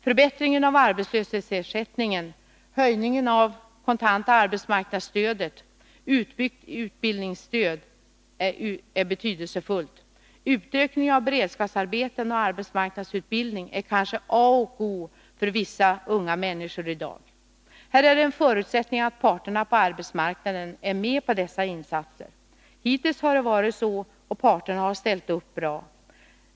Förbättringen av arbetslöshetsersättningen, höjningen av KAS, utbyggt utbildningsstöd etc. är betydelsefullt. Utökningen av antalet beredskapsarbeten och arbetsmarknadsutbildningen är kanske a och o för vissa unga människor i dag. Här är det en förutsättning att parterna på arbetsmarknaden är med på dessa insatser. Hittills har det varit så, och parterna har ställt upp bra.